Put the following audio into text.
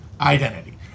identity